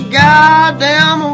goddamn